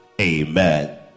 Amen